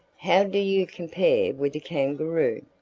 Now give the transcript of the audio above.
how do you compare with a kangaroo?